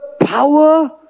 power